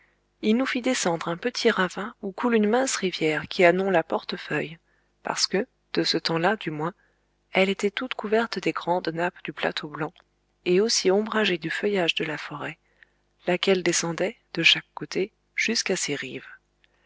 il nous fit descendre un petit ravin où coule une mince rivière qui a nom la portefeuille parce que de ce temps-là du moins elle était toute couverte des grandes nappes du plateau blanc et aussi ombragée du feuillage de la forêt laquelle descendait de chaque côté jusqu'à ses rives